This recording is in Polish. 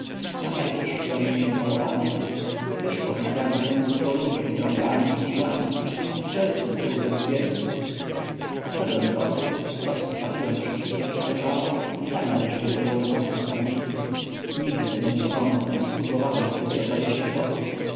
nazajutrz zrobiliśmy polowanie wyszło w nagankę dużo ludzi z drągami i widłami a strzelców było ze dwudziestu obszedłem tropy rozstawiłem wszystkich jak należało i sam nareszcie zająłem własne stanowisko nigdy tego nie zapomnę jak spudłowałem wtedy o dwadzieścia kroków